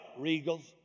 Regals